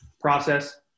process